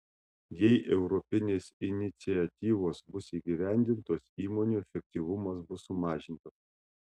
jei europinės iniciatyvos bus įgyvendintos įmonių efektyvumas bus sumažintas